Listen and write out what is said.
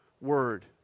word